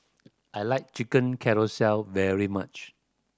I like Chicken Casserole very much